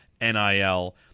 NIL